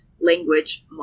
language